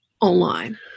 online